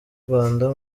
rwanda